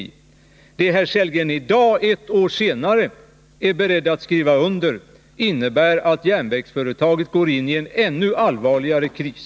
Det förslag herr Sellgren i dag, ett år senare, är beredd att skriva under innebär att järnvägsföretaget går in i en ännu allvarligare kris.